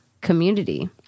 community